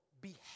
behave